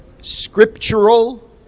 scriptural